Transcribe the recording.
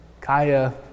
Kaya